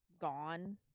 gone